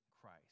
Christ